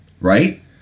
right